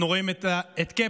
אנחנו רואים את קפטן